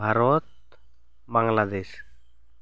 Bharat Bangladesh